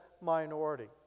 minority